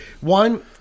One